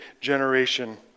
generation